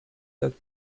that